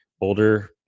older